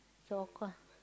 so of course